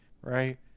Right